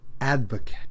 advocate